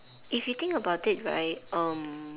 if you think about it right um